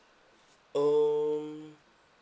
um